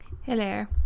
Hello